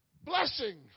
Blessing